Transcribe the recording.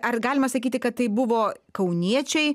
ar galima sakyti kad tai buvo kauniečiai